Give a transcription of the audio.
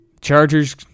Chargers